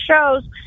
shows